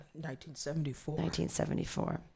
1974